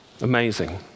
Amazing